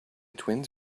twins